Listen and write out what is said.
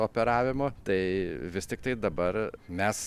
operavimo tai vis tiktai dabar mes